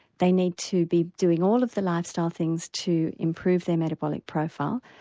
they need to be doing all of the lifestyle things to improve their metabolic profile.